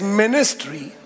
ministry